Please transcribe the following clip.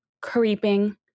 creeping